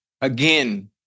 again